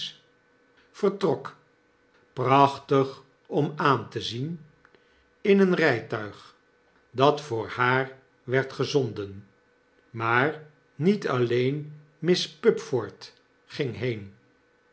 vertrok prachtig om aan te zien in het rijtuig dat voor haar werd gezonden maar niet alleen miss pupford ging heen